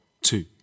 two